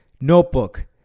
notebook